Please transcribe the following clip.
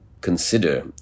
consider